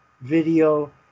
video